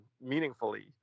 meaningfully